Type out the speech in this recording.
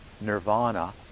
Nirvana